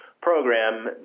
program